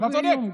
לא באיום.